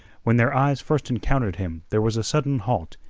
when their eyes first encountered him there was a sudden halt,